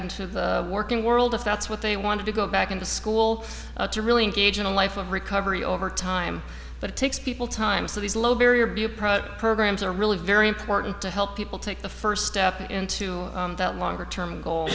into the working world if that's what they want to go back into school to really engage in a life of recovery over time but it takes people time so these low barrier programs are really very important to help people take the first step into that longer term goal